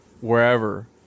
wherever